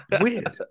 Weird